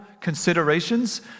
considerations